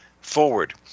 forward